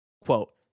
quote